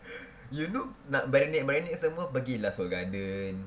you know nak marinate marinate semua pergi lah Seoul Garden